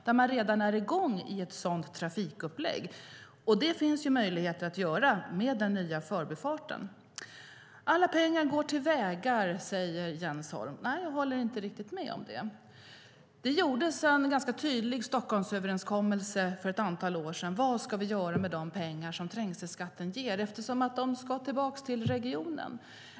Man är redan i gång med ett trafikupplägg. Det är möjligt med den nya förbifarten. Alla pengar går till vägar, säger Jens Holm. Nej, jag håller inte riktigt med om det. Det ingicks en tydlig Stockholmsöverenskommelse för ett antal år sedan om vad som ska göras med de pengar som trängselskatten ger. Pengarna ska komma tillbaka till regionen.